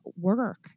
work